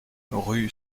rue